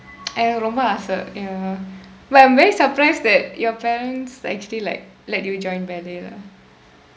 எனக்கு ரொம்ப ஆசை:enakku rompa aasai ya but I'm very surprised that your parents actually like let you join ballet lah